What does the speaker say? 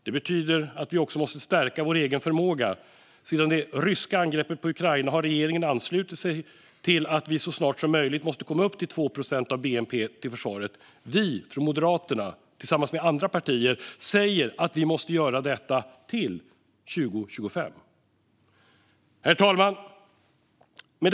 Det betyder att vi också måste stärka vår egen förmåga. Sedan det ryska angreppet på Ukraina har regeringen anslutit sig till att vi så snart som möjligt måste komma upp till 2 procent av bnp till försvaret. Moderaterna säger tillsammans med andra partier att vi måste göra det till 2025. Herr talman!